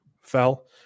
fell